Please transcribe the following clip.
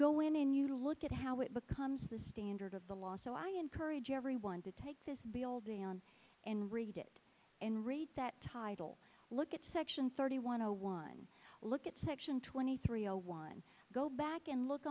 go in and you look at how it becomes the standard of the law so i encourage everyone to take this building on and read it and read that title look at section thirty one zero one look at section twenty three zero one go back and look